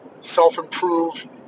self-improve